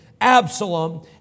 Absalom